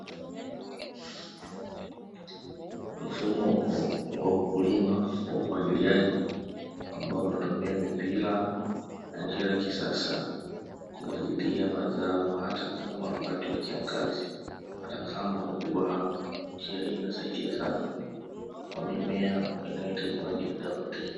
Mfumo wa ukulima wa umwagiliaji ambao unatumia mipira na njia ya kisasa, kumwagilia mazao hata kama wakati wa kiangazi. Hata kama mvua hakuna, njia hii inasaidia sana kwa mimea inayohitaji maji muda wote.